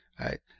right